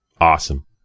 Awesome